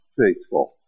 faithful